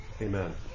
Amen